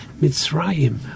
Mitzrayim